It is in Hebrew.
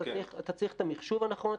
אתה צריך את המחשוב הנכון.